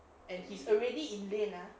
and he's already in lane ah